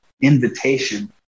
invitation